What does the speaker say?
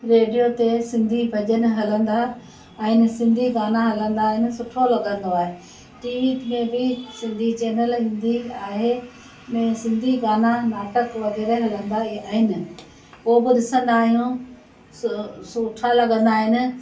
radio ते सिंधी भॼन हलंदा आहिनि सिंधी गाना हलंदा आहिनि सुठो लॻंदो आहे टी वी कीअं बि सिंधी चैनलनि जी आहे हिन में सिंधी गाना नाटक वग़ैरह हलंदा ई आहिनि पोइ बि ॾिसंदा आहियूं सु सुठा लॻंदा आहिनि